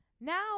now